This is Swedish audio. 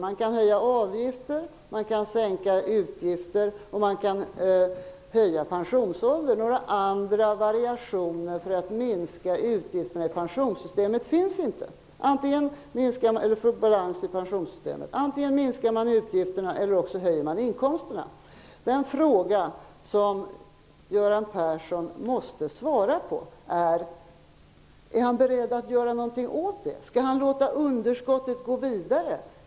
Man kan höja avgifter, man kan sänka utgifter och man kan höja pensionsåldern. Några andra variationer för att minska utgifterna och få balans i pensionssystemet finns inte. Antingen minskar man utgifterna eller också höjer man inkomsterna. Den fråga som Göran Persson måste svara på är: Är Göran Persson beredd att göra någonting åt detta? Tänker han att låta underskottet fortsätta vidare?